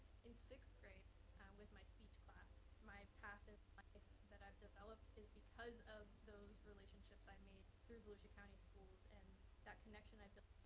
in sixth grade with my speech class, my path in life that i've developed is because of those relationships i've made through volusia county schools and that connection i've built.